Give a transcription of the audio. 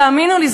תאמינו לי,